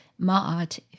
Ma'at